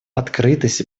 открытость